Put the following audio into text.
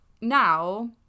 now